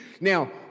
Now